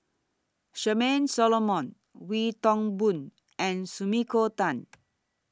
Charmaine Solomon Wee Toon Boon and Sumiko Tan